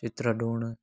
चित्र ड्राउणु